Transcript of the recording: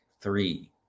three